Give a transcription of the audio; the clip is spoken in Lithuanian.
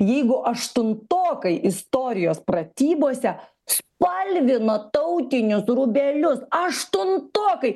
jeigu aštuntokai istorijos pratybose spalvina tautinius rūbelius aštuntokai